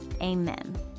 amen